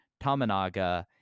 Tamanaga